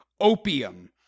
opium